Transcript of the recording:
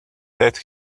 that